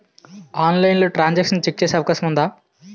ఆన్లైన్లో transaction check చేసే అవకాశం ఉందా?